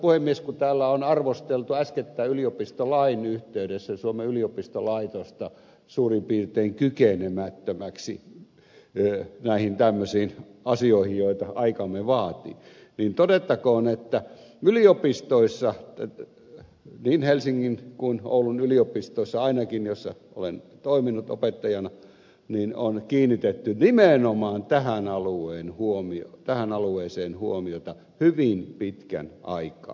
kun täällä on arvosteltu äskettäin yliopistolain yhteydessä suomen yliopistolaitosta suurin piirtein kykenemättömäksi näihin tämmöisiin asioihin joita aikamme vaatii niin todettakoon että yliopistoissa niin helsingin yliopistossa kuin oulun yliopistossa ainakin jossa olen toiminut opettajana on kiinnitetty nimenomaan tähän alueeseen huomiota hyvin pitkän aikaa